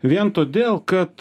vien todėl kad